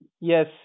Yes